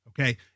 Okay